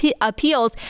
Appeals